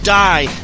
die